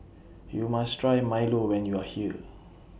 YOU must Try Milo when YOU Are here